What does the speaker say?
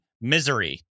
Misery